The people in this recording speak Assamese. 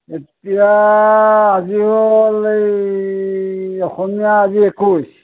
এতিয়া আজি হ'ল এই অসমীয়া আজি একৈচ